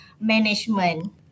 management